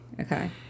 okay